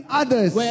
others